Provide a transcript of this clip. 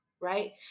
right